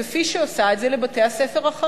כפי שהיא עושה את זה לבתי-הספר החרדיים,